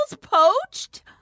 poached